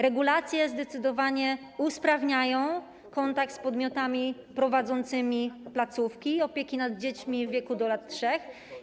Regulacje zdecydowanie usprawniają kontakt z podmiotami prowadzącymi placówki opieki nad dziećmi w wieku do lat 3.